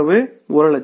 1 லட்சம்